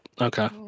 okay